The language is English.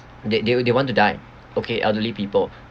they they they want to die okay elderly people